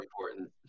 important